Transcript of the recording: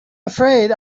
afraid